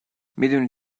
میدونی